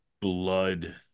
Blood